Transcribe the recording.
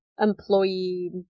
employee